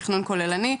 תכנון כוללני,